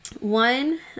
One